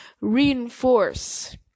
reinforce